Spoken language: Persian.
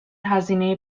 هزینه